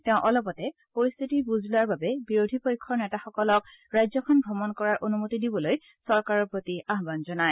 তেওঁ অলপতে পৰিস্থিতিৰ বুজ লোৱাৰ বাবে বিৰোধী পক্ষৰ নেতাসকলক ৰাজ্যখন ভ্ৰমণ কৰাৰ অনুমতি দিবলৈ চৰকাৰৰ প্ৰতি আহ্বান জনায়